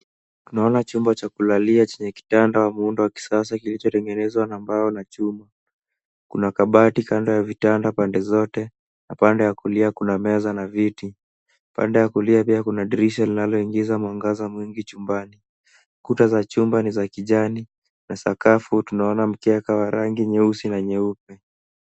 Naona chumba cha kulalia chenye kitanda wa muundo wa kisasa kilichotengenezwa na mbao na chuma. Kuna kabati kando ya vitanda pande zote, na pande ya kulia kuna meza na viti. Pande ya kulia pia kuna dirisha linaloingiza mwangaza mwingi chumbani. Kuta za chumba ni za kijani, na sakafu tunaona mkeka wa rangi nyeusi na nyeupe.